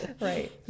Right